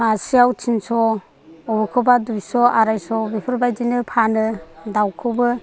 मासेयाव थिनस' अबेखौबा दुइस' आराइस' बेफोरबायदिनो फानो दाउखौबो